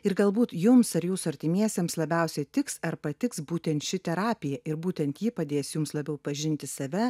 ir galbūt jums ar jūsų artimiesiems labiausiai tiks ar patiks būtent ši terapija ir būtent ji padės jums labiau pažinti save